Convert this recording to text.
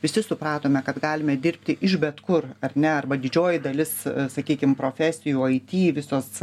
visi supratome kad galime dirbti iš bet kur ar ne arba didžioji dalis sakykim profesijų it visos